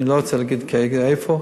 אני לא רוצה להגיד כרגע איפה,